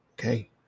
okay